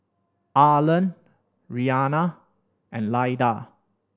Arland Rhianna and Lyda